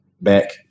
back